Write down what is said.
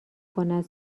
کند